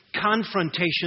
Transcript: confrontation